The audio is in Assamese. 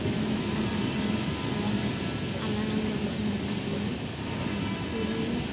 মেখেলা চাদৰৰ কালাৰৰ লগত মিলাই কিনে ফুল